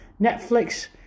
Netflix